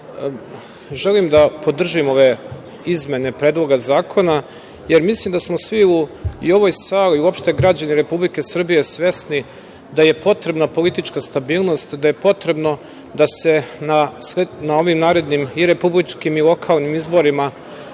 želim da podržim ove izmene Predloga zakona, jer mislim da smo svi i u ovoj sali i uopšte građani Republike Srbije svesni da je potrebna politička stabilnost, da je potrebno da se na ovim narednim i republičkim i lokalnim izborima